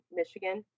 michigan